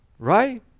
Right